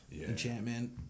enchantment